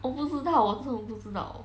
我不知道我真的不知道